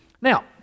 Now